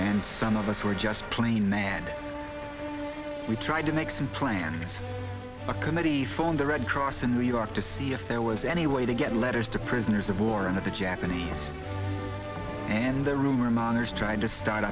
and some of us were just plain man we tried to make some plans a committee phoned the red cross in new york to see if there was any way to get letters to prisoners of war and of the japanese and the rumor mongers tried to start